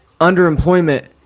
underemployment